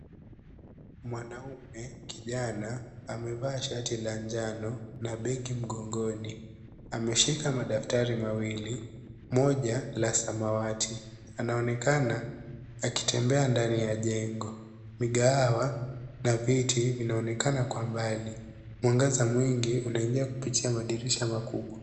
Mwanaume kijana amevaa shati la njano na begi mgongoni. Ameshika madaftari mawili moja la samawati. Anaonekana akitembea ndani ya jengo. Migaawa na viti vinaonekana kwa mbali. Mwangaza mwingi unaingia kupitia madirisha makubwa.